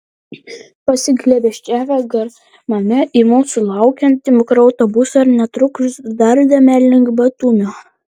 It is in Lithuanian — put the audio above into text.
pasiglėbesčiavę garmame į mūsų laukiantį mikroautobusą ir netrukus dardame link batumio